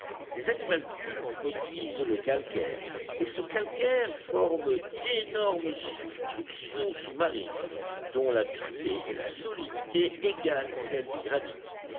ces animalcules produisent le calcaire et ce calcaire forme d'énormes substructions sous-marines dont la dureté et la solidité égalent celles du granit